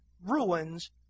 ruins